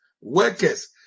workers